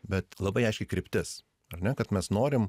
bet labai aiški kryptis ar ne kad mes norim